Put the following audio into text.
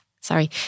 Sorry